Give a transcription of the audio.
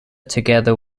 together